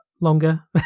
longer